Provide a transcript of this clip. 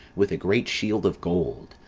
with a great shield of gold,